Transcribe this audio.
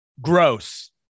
gross